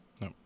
No